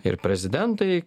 ir prezidentai